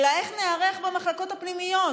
אלא איך ניערך במחלקות הפנימיות,